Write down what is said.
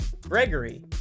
Gregory